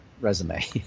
resume